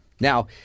Now—